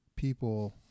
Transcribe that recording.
People